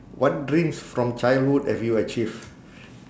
what dreams from childhood have you achieve